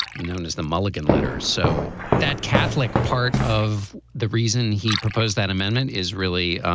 known as the mulligan letters, so that catholic part of the reason he proposed that amendment is really